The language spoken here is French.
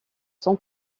son